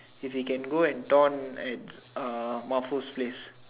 if he can go and down at uh Mahfuz's place